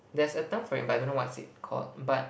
there's a term for it but I don't know what it's called but